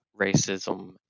racism